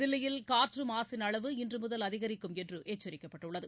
தில்லியில் காற்று மாசின் அளவு இன்று முதல் அதிகரிக்கும் என்று எச்சரிக்கப்பட்டுள்ளது